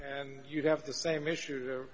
and you'd have the same issue